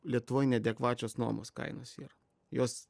lietuvoj neadekvačios nuomos kainos yra jos